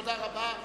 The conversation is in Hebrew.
תודה רבה.